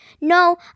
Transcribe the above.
no